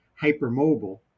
hypermobile